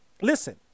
listen